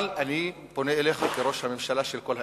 אבל אני פונה אליך כראש הממשלה של כל האזרחים: